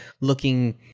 looking